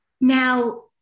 Now